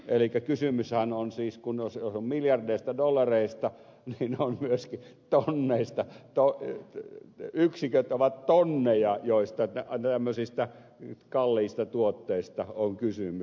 elikkä kun on kysymys miljardeista dollareista tiina myrsky taho näistä taloyhtiöt niin myöskin ovat tonneja yksiköt joista tämmöisissä kalliissa tuotteissa on kysymys